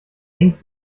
denkt